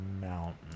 Mountain